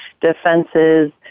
defenses